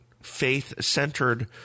faith-centered